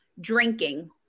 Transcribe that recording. drinking